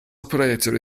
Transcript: operator